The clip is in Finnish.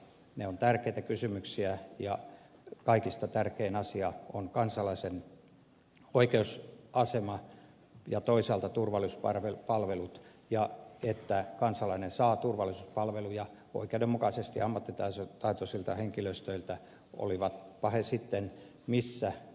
ne ovat tärkeitä kysymyksiä ja kaikista tärkein asia on kansalaisen oikeusasema ja toisaalta turvallisuuspalvelut ja se että kansalainen saa turvallisuuspalveluja oikeudenmukaisesti ammattitaitoisilta henkilöiltä olivatpa he sitten missä osassa maata tahansa